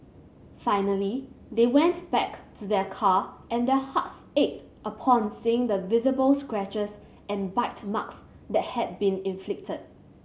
finally they went back to their car and their hearts ached upon seeing the visible scratches and bite marks that had been inflicted